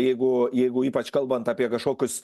jeigu jeigu ypač kalbant apie kažkokius